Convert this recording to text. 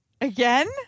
again